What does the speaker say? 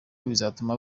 bizatuma